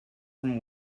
from